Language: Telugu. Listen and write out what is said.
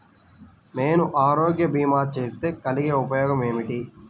నేను ఆరోగ్య భీమా చేస్తే కలిగే ఉపయోగమేమిటీ?